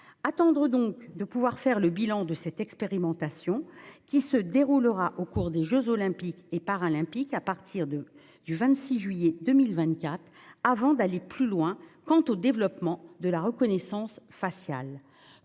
convient donc de faire le bilan de cette expérimentation qui se déroulera au cours des jeux Olympiques et Paralympiques, à partir du 26 juillet 2024, avant d'aller plus loin quant au développement de la reconnaissance faciale.